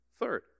Third